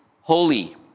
holy